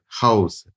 house